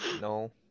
No